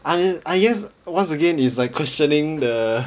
I I guess once again is like questioning the